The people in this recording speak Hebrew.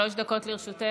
שלוש דקות לרשותך.